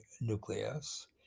nucleus